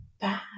bad